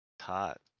hot